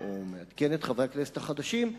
ומעדכן את חברי הכנסת החדשים,